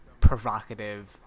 provocative